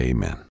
Amen